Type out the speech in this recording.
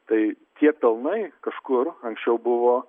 tai tie pelnai kažkur anksčiau buvo